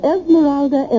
Esmeralda